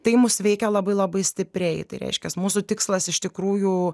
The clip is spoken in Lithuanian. tai mus veikia labai labai stipriai tai reiškias mūsų tikslas iš tikrųjų